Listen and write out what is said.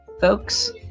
folks